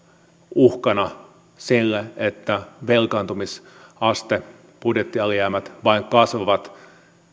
uhkana sille että velkaantumisaste budjettialijäämät vain kasvavat